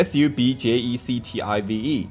Subjective